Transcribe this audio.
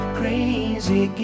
crazy